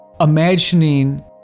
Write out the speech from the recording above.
imagining